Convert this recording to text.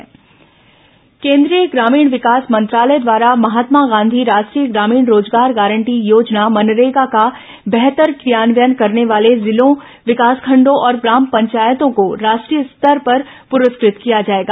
मनरेगा नामांकन केन्द्रीय ग्रामीण विकास मंत्रालय द्वारा महात्मा गांधी राष्ट्रीय ग्रामीण रोजगार गारंटी योजना मनरेगा का बेहतर क्रियान्वयन करने वाले जिलों विकासखंडों और ग्राम पंचायतों को राष्ट्रीय स्तर पर पुरस्कृत किया जाएगा